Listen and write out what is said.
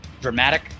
dramatic